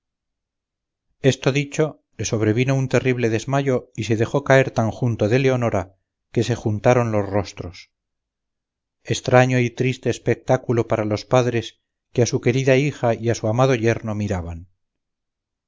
esto dicho le sobrevino un terrible desmayo y se dejó caer tan junto de leonora que se juntaron los rostros estraño y triste espectáculo para los padres que a su querida hija y a su amado yerno miraban